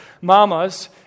Mama's